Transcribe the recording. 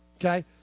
Okay